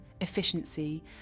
efficiency